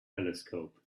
telescope